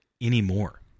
anymore